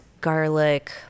garlic